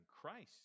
Christ